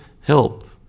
Help